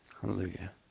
Hallelujah